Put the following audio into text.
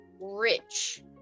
rich